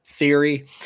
theory